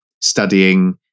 studying